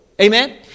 Amen